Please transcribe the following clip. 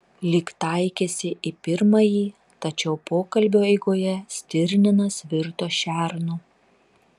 lyg taikėsi į pirmąjį tačiau pokalbio eigoje stirninas virto šernu